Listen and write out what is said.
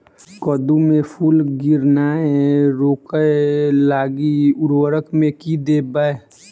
कद्दू मे फूल गिरनाय रोकय लागि उर्वरक मे की देबै?